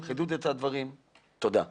תודה.